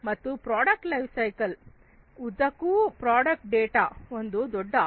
ಮತ್ತು product life cycle ಉದ್ದಕ್ಕೂ product data ಒಂದು ದೊಡ್ಡ ಆಸ್ತಿ